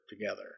together